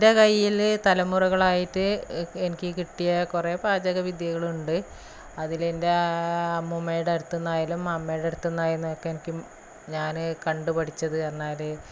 എന്റെ കൈയില് തലമുറകളായിട്ട് എനിക്ക് കിട്ടിയ കുറേ പാചക വിദ്യകളുണ്ട് അതിലെന്റെ അമ്മൂമ്മേടടുത്തുനിന്നായാലും അമ്മേടടുത്തൂന്നായ്ന്നെനിക്ക് ഞാന് കണ്ടുപഠിച്ചത് എന്നാല്